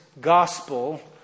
gospel